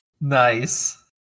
Nice